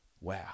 Wow